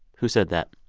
who said that?